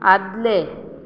आदले